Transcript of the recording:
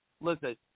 Listen